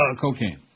Cocaine